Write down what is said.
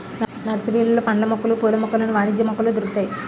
నర్సరీలలో పండ్ల మొక్కలు పూల మొక్కలు వాణిజ్య మొక్కలు దొరుకుతాయి